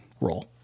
role